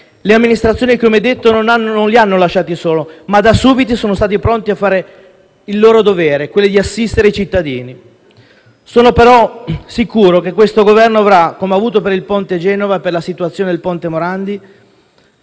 Le amministrazioni, come ho detto, non li hanno lasciati soli, ma da subito sono stati pronti a fare il loro dovere: quello di assistere i cittadini. Sono però sicuro che questo Governo avrà, come ha avuto per la situazione del Ponte Morandi